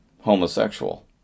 homosexual